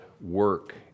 work